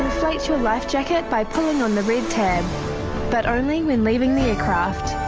inflate your lifejacket by pulling on the red tab but only when leaving the aircraft.